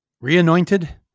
re-anointed